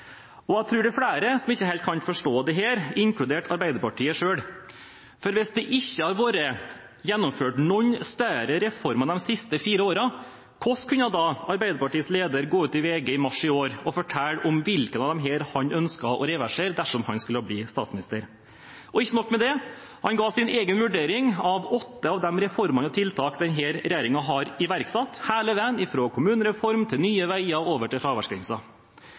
skjønner jeg ingenting av. Jeg tror det er flere som ikke helt kan forstå dette, inkludert Arbeiderpartiet selv. Hvis det ikke hadde vært gjennomført noen større reformer de siste fire årene, hvordan kunne Arbeiderpartiets leder da gå ut i VG i mars i år og fortelle hvilke av disse han ønsket å reversere dersom han skulle bli statsminister? Og ikke nok med det, han ga sin egen vurdering av åtte av de reformene og tiltakene denne regjeringen har iverksatt – hele veien fra kommunereform til Nye Veier og over til